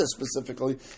specifically